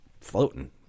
floating